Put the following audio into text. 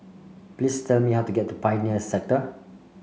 please tell me how to get to Pioneer Sector